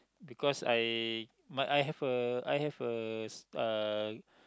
because I I have a I have a uh